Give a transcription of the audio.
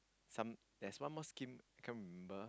some there's one more skin can't remember